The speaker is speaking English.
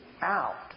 out